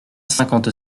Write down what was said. cinquante